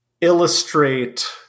illustrate